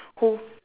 who